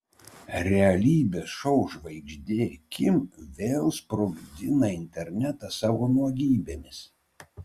realybės šou žvaigždė kim vėl sprogdina internetą savo nuogybėmis